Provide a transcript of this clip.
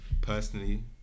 Personally